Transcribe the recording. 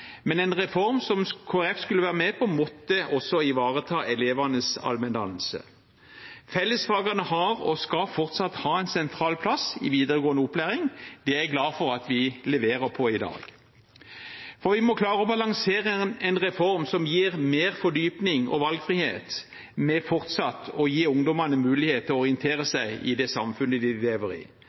Men en reform som Kristelig Folkeparti skulle være med på, måtte også ivareta elevenes allmenndannelse. Fellesfagene har og skal fortsatt ha en sentral plass i videregående opplæring. Det er jeg glad for at vi leverer på i dag, for vi må klare å balansere en reform som gir mer fordypning og valgfrihet, med fortsatt å gi ungdommene mulighet til å orientere seg i det samfunnet de lever i,